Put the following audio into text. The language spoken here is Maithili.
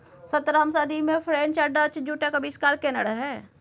सतरहम सदी मे फ्रेंच आ डच जुटक आविष्कार केने रहय